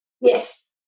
Yes